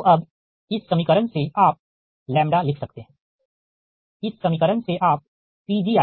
तो अब इस समीकरण से आप लैम्ब्डा लिख सकते है इस समीकरण से आप Pgiλ